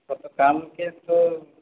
গত কালকে তো